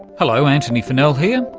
hello, antony funnell here,